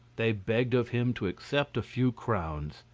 they begged of him to accept a few crowns.